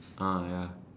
ah ya